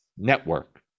Network